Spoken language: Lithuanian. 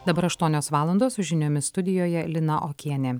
dabar aštuonios valandos su žiniomis studijoje lina okienė